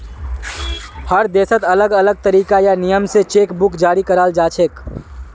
हर देशत अलग अलग तरीका या नियम स चेक बुक जारी कराल जाछेक